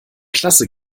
klasse